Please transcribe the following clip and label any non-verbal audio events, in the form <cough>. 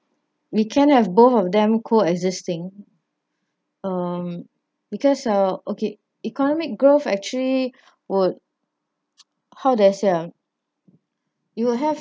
we can have both of them coexisting um because uh okay economic growth actually would <noise> how do I say ah you will have